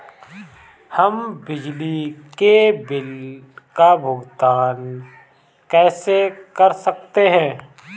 हम बिजली के बिल का भुगतान कैसे कर सकते हैं?